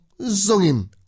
zongin